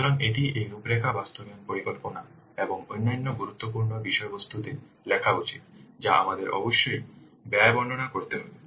সুতরাং এটিও এই রূপরেখা বাস্তবায়ন পরিকল্পনা এবং অন্যান্য গুরুত্বপূর্ণ বিষয়বস্তুতে লেখা উচিত যা আমাদের অবশ্যই ব্যয়বর্ণনা করতে হবে